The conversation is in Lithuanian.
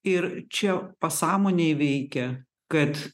ir čia pasąmonėj veikia kad